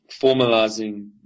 formalizing